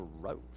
gross